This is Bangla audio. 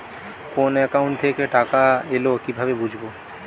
কোন একাউন্ট থেকে টাকা এল কিভাবে বুঝব?